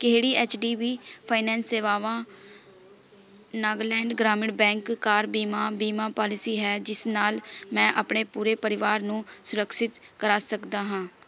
ਕਿਹੜੀ H D B finance ਸੇਵਾਵਾਂ ਨਾਗਾਲੈਂਡ ਗ੍ਰਾਮੀਣ ਬੈਂਕ ਕਾਰ ਬੀਮਾ ਬੀਮਾ ਪਾਲਿਸੀ ਹੈ ਜਿਸ ਨਾਲ ਮੈਂ ਆਪਣੇ ਪੂਰੇ ਪਰਿਵਾਰ ਨੂੰ ਸੁਰਿਕਸ਼ਿਤ ਕਰਾ ਸਕਦਾ ਹਾਂ